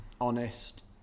honest